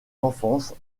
enfance